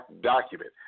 document